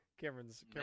Cameron's